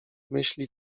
myśli